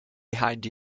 behind